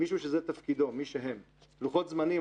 לוחות זמנים,